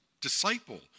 disciple